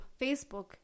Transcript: Facebook